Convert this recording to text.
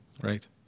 Right